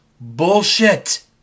bullshit